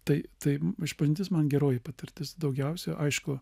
tai tai išpažintis man geroji patirtis daugiausia aišku